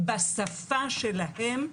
בשפה שלהם,